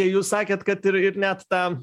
jūs sakėt kad ir ir net tą